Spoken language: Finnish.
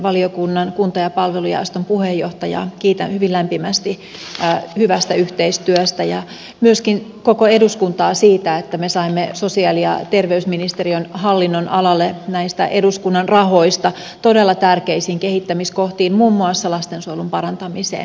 valtiovarainvaliokunnan kunta ja palvelujaoston puheenjohtajaa kiitän hyvin lämpimästi hyvästä yhteistyöstä ja myöskin koko eduskuntaa siitä että me saimme sosiaali ja terveysministeriön hallinnonalalle näistä eduskunnan rahoista todella tärkeisiin kehittämiskohtiin muun muassa lastensuojelun parantamiseen